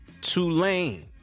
Tulane